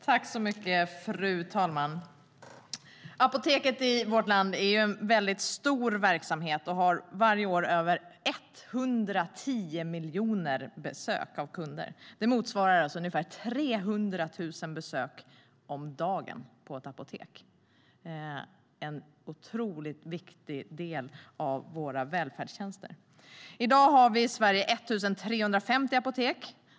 Fru talman! Apoteken i vårt land är en väldigt stor verksamhet. De har varje år över 110 miljoner besök av kunder. Det motsvarar ungefär 300 000 besök om dagen på ett apotek. Det är en otroligt viktig del av våra välfärdstjänster.I dag har vi i Sverige 1 350 apotek.